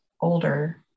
older